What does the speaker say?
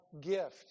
gift